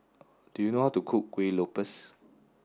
do you know how to cook Kueh Lopes